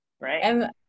Right